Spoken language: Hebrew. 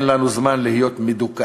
אין לנו זמן להיות מדוכאים,